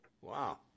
Wow